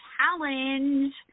challenge